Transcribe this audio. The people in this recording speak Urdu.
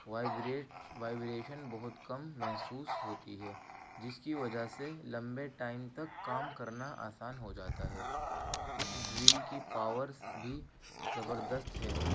وائبریٹ وائبریشن بہت کم محسوس ہوتی ہے جس کی وجہ سے لمبے ٹائم تک کام کرنا آسان ہو جاتا ہے اس ڈرل کی پاورس بھی زبردست ہے